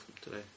today